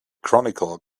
chronicle